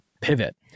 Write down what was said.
pivot